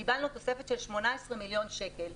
קיבלנו תוספת של 18 מיליון שקלים.